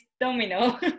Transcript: domino